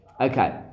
Okay